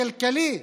הכלכלי,